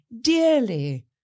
dearly